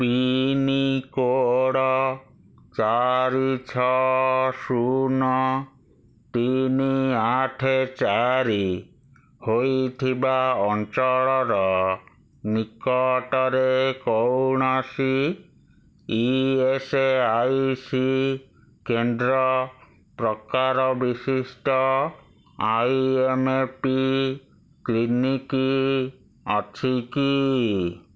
pincode ଚାରି ଛଅ ଶୂନ ତିନି ଆଠ ଚାରି ହୋଇଥିବା ଅଞ୍ଚଳର ନିକଟରେ କୌଣସି ଇ ଏସ୍ ଆଇ ସି କେନ୍ଦ୍ର ପ୍ରକାର ବିଶିଷ୍ଟ ଆଇ ଏମ୍ ପି କ୍ଲିନିକ୍ ଅଛି କି